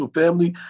family